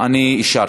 ואני אישרתי.